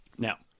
Now